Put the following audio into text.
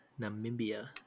Namibia